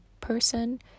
person